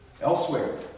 Elsewhere